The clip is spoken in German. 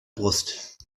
brust